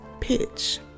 pitch